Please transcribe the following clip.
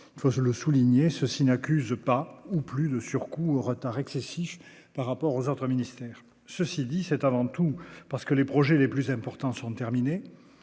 il faut le souligner ceci n'accuse pas ou plus le surcoût retard excessif par rapport aux autres ministères, ceci dit, c'est avant tout parce que les projets les plus importants sont terminées,